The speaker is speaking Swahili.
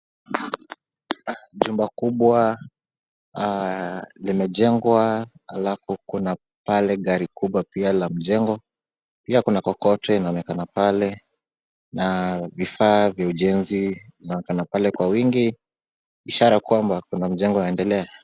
Jumba kubwa limejengwa halafu kuna pale gari kubwa pia la mjengo, pia kuna kokoto inaonekana pale na vifaa vya ujenzi vinaonekana pale kwa wingi, ishara kwamba kuna mjengo waendelea.